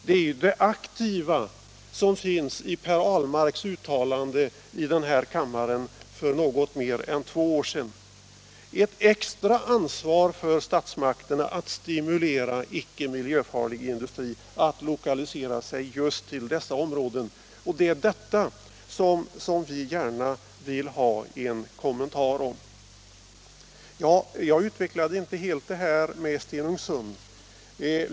Det aktiva fanns i Per Ahlmarks uttalande i den här kammaren för något mer än två år sedan: ”ett extra ansvar för statsmakterna att stimulera icke miljöfarlig industri att lokalisera sig just till dessa områden”. Det är detta som vi gärna vill ha en kommentar till. Jag utvecklade inte helt detta med Stenungsund.